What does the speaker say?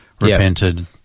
repented